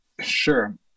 Sure